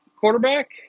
quarterback